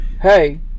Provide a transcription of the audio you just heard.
hey